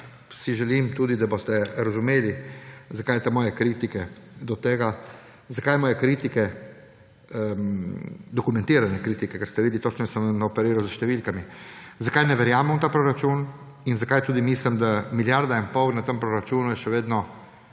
si želim tudi, da boste razumeli, zakaj te moje kritike do tega, zakaj moje kritike, dokumentirane kritike, ker ste videli, točno sem operiral s številkami, zakaj ne verjamem v ta proračun in zakaj tudi mislim, da milijarda in pol na tem proračunu je še vedno